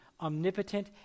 omnipotent